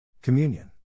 Communion